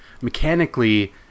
mechanically